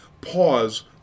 pause